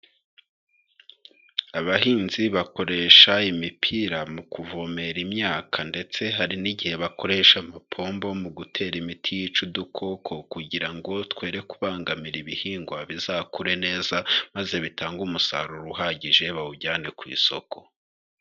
Abahinzi bakoresha imipira mu kuvomera imyaka ndetse hari n'igihe bakoresha amapombo mu gutera imiti yica udukoko kugira ngo twere kubangamira ibihingwa bizakure neza, maze bitange umusaruro uhagije bawujyane ku isoko.